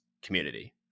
community